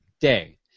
Day